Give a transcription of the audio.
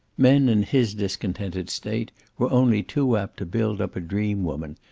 men in his discontented state were only too apt to build up a dream-woman,